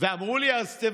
יותר